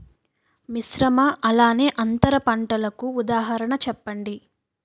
మిశ్రమ అలానే అంతర పంటలకు ఉదాహరణ చెప్పండి?